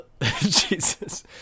Jesus